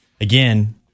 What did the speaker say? Again